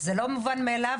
זה לא מובן מאליו.